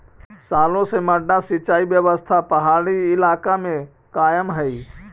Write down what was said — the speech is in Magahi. सालो से मड्डा सिंचाई व्यवस्था पहाड़ी इलाका में कायम हइ